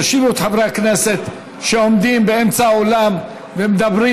תושיבו את חברי הכנסת שעומדים באמצע האולם ומדברים.